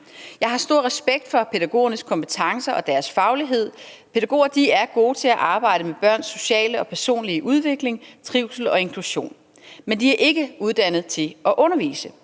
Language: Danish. Jeg har stor respekt for pædagogernes kompetencer og deres faglighed. Pædagoger er gode til at arbejde med børns sociale og personlige udvikling, med trivsel og inklusion, men de er ikke uddannet til at undervise.